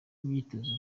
imyitozo